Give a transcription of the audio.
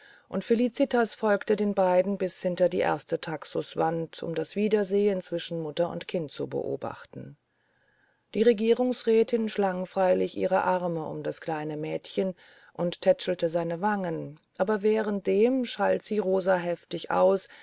und felicitas folgte den beiden bis hinter die erste taxuswand um das wiedersehen zwischen mutter und kind zu beobachten die regierungsrätin schlang freilich ihre arme um das kleine mädchen und tätschelte seine wangen aber währenddem schalt sie rosa heftig aus